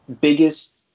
biggest